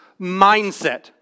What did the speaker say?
mindset